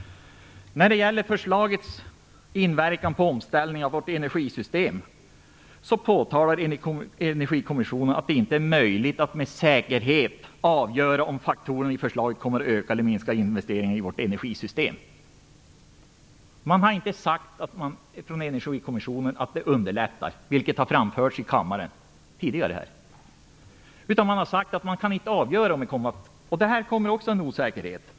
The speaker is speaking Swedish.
När det gäller förslagets inverkan på omställningen av vårt energisystem påpekar Energikommissionen att det inte är möjligt att med säkerhet avgöra om faktorerna i förslaget kommer att öka eller minska investeringarna i vårt energisystem. Energikommissionen har inte sagt att detta underlättar, vilket tidigare framförts i denna kammare. I stället har man sagt att man inte kan avgöra den saken. Här kommer också en osäkerhet fram.